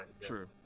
True